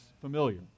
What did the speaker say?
familiar